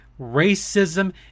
racism